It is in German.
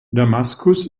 damaskus